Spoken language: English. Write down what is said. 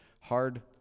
hard